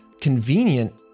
convenient